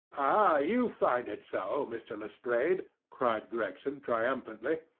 ah, you find it so, mr. lestrade! cried gregson, triumphantly.